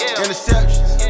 interceptions